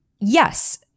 Yes